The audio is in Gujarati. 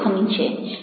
આ જોખમી છે